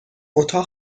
اتاق